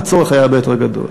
והצורך היה הרבה יותר גדול.